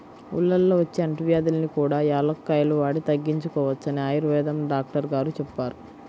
ఊళ్ళల్లో వచ్చే అంటువ్యాధుల్ని కూడా యాలుక్కాయాలు వాడి తగ్గించుకోవచ్చని ఆయుర్వేదం డాక్టరు గారు చెప్పారు